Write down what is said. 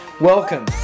Welcome